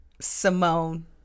Simone